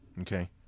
Okay